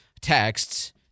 texts